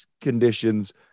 conditions